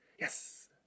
Yes